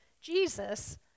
Jesus